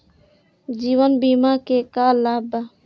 जीवन बीमा के का लाभ बा?